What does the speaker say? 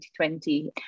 2020